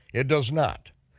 it does not,